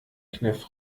kniff